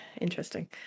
interesting